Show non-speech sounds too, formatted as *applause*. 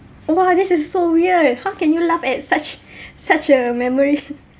!wah! this is so weird how can you laugh at such *breath* such a memory *laughs*